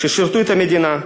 ששירתו את המדינה,